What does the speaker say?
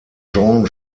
jean